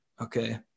okay